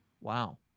Wow